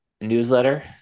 newsletter